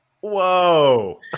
Whoa